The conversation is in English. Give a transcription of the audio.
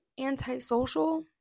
antisocial